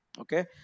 okay